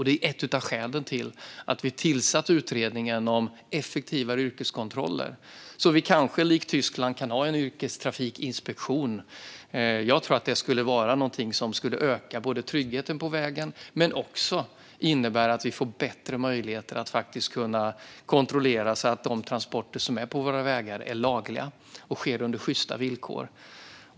Det var ett av skälen till att vi tillsatte utredningen om effektivare yrkeskontroller, så att vi kanske likt Tyskland kan ha en yrkestrafikinspektion. Jag tror att det skulle öka tryggheten på vägen och innebära bättre möjligheter att kontrollera att transporterna på våra vägar är lagliga och sker under sjysta villkor.